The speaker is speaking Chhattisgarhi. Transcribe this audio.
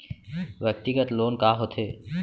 व्यक्तिगत लोन का होथे?